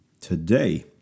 today